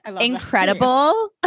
Incredible